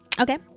okay